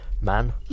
man